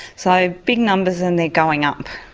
so big numbers and they're going up.